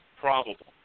probable